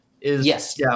Yes